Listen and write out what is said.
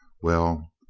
well.